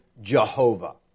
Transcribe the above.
Jehovah